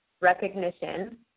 Recognition